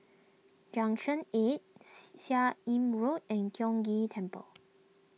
Junction eight Seah Im Road and Tiong Ghee Temple